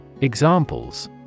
Examples